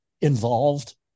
involved